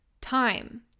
time